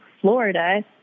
Florida